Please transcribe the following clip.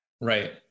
Right